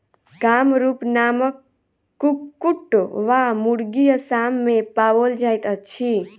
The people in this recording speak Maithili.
कामरूप नामक कुक्कुट वा मुर्गी असाम मे पाओल जाइत अछि